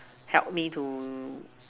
help me to